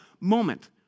moment